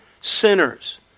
sinners